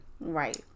Right